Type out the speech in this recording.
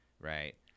right